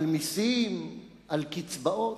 על מסים, על קצבאות.